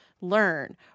learn